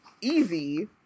easy